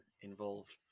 involved